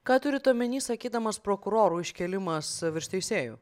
ką turit omenyje sakydamas prokurorų iškėlimas virš teisėjų